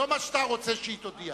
לא מה שאתה רוצה שהיא תודיע.